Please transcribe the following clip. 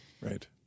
Right